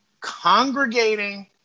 congregating